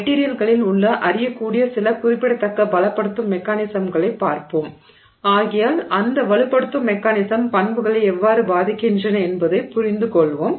மெட்டிரியல்களில் உள்ள அறியக்கூடிய சில குறிப்பிடத்தக்க பலப்படுத்தும் மெக்கானிசம்களைப் பார்ப்போம் ஆகையால் அந்த வலுப்படுத்தும் மெக்கானிசம் பண்புகளை எவ்வாறு பாதிக்கின்றன என்பதைப் புரிந்துகொள்வோம்